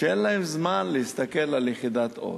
שאין להם זמן להסתכל על יחידת "עוז".